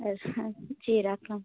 হ্যাঁ হ্যাঁ যে রাখলাম